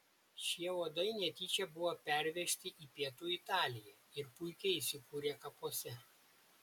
šie uodai netyčia buvo pervežti į pietų italiją ir puikiai įsikūrė kapuose